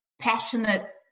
passionate